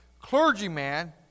clergyman